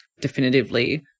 definitively